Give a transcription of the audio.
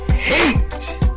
hate